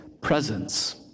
presence